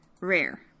rare